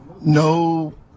no